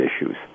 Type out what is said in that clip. issues